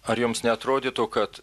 ar jums neatrodytų kad